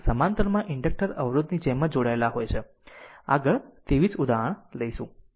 તેથી સમાંતરમાં ઇન્ડક્ટર અવરોધ ની જેમ જ જોડાયેલા છે આગળ 2 3 ઉદાહરણ લઈશું